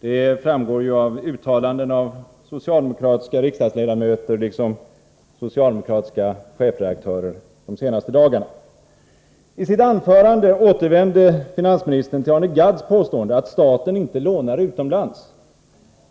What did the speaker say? Det har framgått av uttalanden av socialdemokratiska riksdagsledamöter och av socialdemokratiska chefredaktörer under de senaste dagarna. I sitt anförande återvände finansministern till Arne Gadds påstående, att staten inte lånar utomlands.